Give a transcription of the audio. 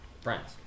friends